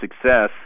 success